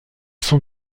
sont